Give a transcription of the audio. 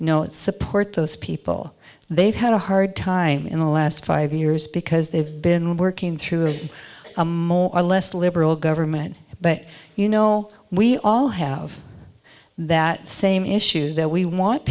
it support those people they've had a hard time in the last five years because they've been working through it a more or less liberal government but you know we all have that same issues that we want